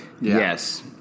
Yes